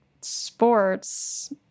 sports